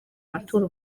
amaturo